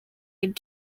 aid